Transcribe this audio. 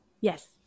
Yes